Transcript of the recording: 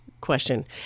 Question